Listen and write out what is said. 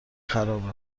خرابه